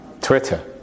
Twitter